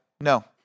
No